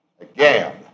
again